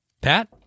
Pat